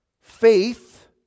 faith